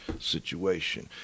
situation